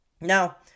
Now